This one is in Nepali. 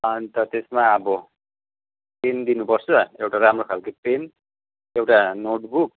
अन्त त्यसमा अब पेन दिनुपर्छ एउटा राम्रो खालको पेन एउटा नोटबुक